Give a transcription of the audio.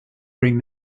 bring